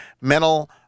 mental